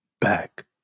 Back